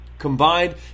combined